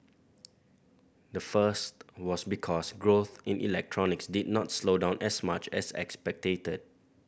the first was because growth in electronics did not slow down as much as expected